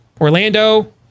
Orlando